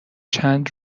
چند